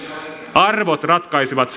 arvot ratkaisevat